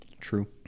True